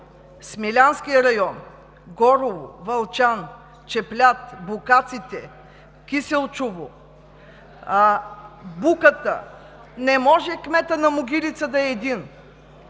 Смилянския район – Горово, Вълчан, Чеплят, Букаците, Киселчово, Буката, не може кметът на Могилица да е един!